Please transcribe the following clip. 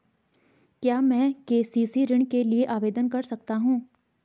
क्या मैं के.सी.सी ऋण के लिए आवेदन कर सकता हूँ?